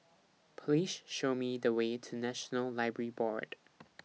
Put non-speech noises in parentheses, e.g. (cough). (noise) Please Show Me The Way to National Library Board